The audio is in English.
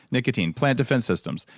nicotine, plant defense systems.